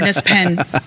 pen